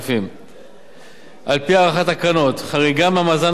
חריגה מהמאזן האקטוארי של הקרנות בגובה של למעלה מ-0.65%